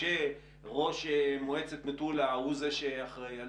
כשראש מועצת מטולה הוא זה שאחראי על